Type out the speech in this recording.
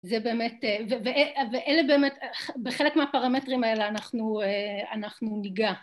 זה באמת, ואלה באמת, בחלק מהפרמטרים האלה אנחנו ניגע